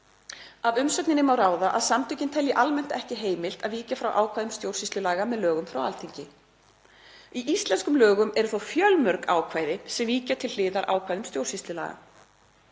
„Af umsögninni má ráða að samtökin telji almennt ekki heimilt að víkja frá ákvæðum stjórnsýslulaga með lögum frá Alþingi. Í íslenskum lögum eru þó fjölmörg ákvæði sem víkja til hliðar ákvæðum stjórnsýslulaga.